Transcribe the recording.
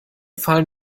fallen